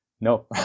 No